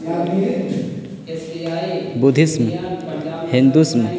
بدسھم ہندسم